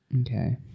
Okay